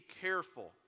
careful